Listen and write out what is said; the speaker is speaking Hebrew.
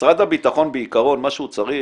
משרד הביטחון, בעיקרון, מה שהוא צריך